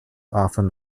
often